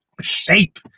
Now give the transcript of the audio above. shape